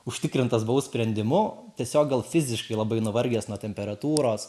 užtikrintas buvau sprendimu tiesiog gal fiziškai labai nuvargęs nuo temperatūros